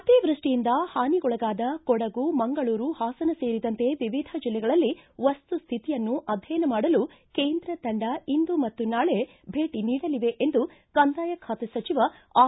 ಅತಿವೃಷ್ಷಿಯಿಂದ ಹಾನಿಗೊಳಗಾದ ಕೊಡಗು ಮಂಗಳೂರು ಹಾಸನ ಸೇರಿದಂತೆ ವಿವಿಧ ಜಲ್ಲೆಗಳಲ್ಲಿ ವಸ್ತುಹಿತಿಯನ್ನು ಅಧ್ಯಯನ ಮಾಡಲು ಕೇಂದ್ರ ತಂಡ ಇಂದು ಮತ್ತು ನಾಳೆ ಭೇಟ ನೀಡಲಿವೆ ಎಂದು ಕಂದಾಯ ಖಾತೆ ಸಚಿವ ಆರ್